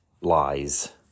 Lies